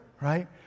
right